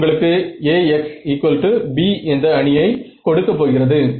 அது உங்களுக்கு Axb என்ற அணியை கொடுக்க போகிறது